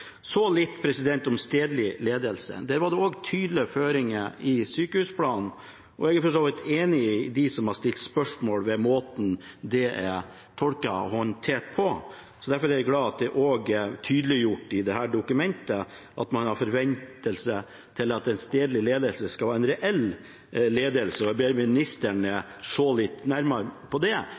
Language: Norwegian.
Så litt om stedlig ledelse. Der var det også tydelige føringer i sykehusplanen, og jeg er for så vidt enig med dem som har stilt spørsmål om måten det er tolket og håndtert på. Derfor er jeg glad for at det også er tydeliggjort i dette dokumentet at man har forventninger til at den stedlige ledelsen skal være en reell stedlig ledelse. Jeg ber ministeren se litt nærmere på det,